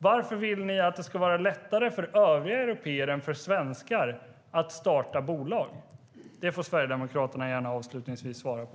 Varför vill ni att det ska vara lättare för övriga européer än för svenskar att starta bolag? Det får Sverigedemokraterna avslutningsvis gärna svara på.